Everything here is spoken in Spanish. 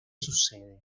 sucede